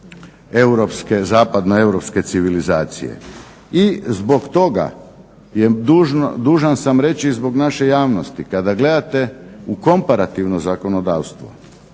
zapadnoeuropske civilizacije. I zbog toga je dužan sam reći i zbog naše javnosti kada gledate u komparativno zakonodavstvo